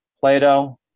Plato